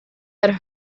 had